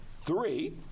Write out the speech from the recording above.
three